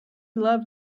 love